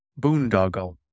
Boondoggle